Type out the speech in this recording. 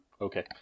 Okay